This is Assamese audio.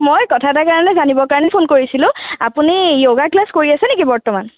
মই কথা এটাৰ কাৰণে জানিবৰ কাৰণে ফোন কৰিছিলোঁ আপুনি য়োগা ক্লাছ কৰি আছে নেকি বৰ্তমান